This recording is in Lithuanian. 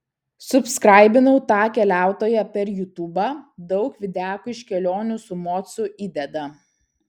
subskraibinu tą keliautoją per jutubą daug videkų iš kelionių su mocu įdeda